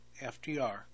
FDR